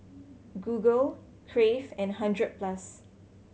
Google Crave and Hundred Plus